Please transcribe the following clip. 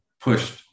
pushed